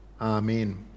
Amen